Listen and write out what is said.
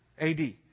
AD